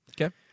Okay